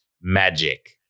magic